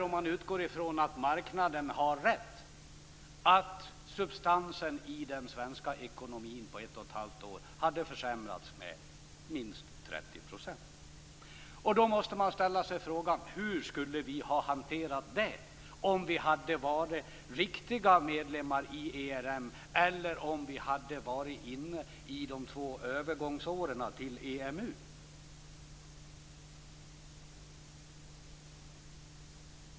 Om man utgår ifrån att marknaden har rätt innebar detta att substansen i den svenska ekonomin hade försämrats med minst 30 % på ett och ett halvt år. Då måste man ställa frågan: Hur skulle vi ha hanterat detta om vi hade varit riktiga medlemmar i ERM eller om vi hade varit inne i de två övergångsåren inför EMU?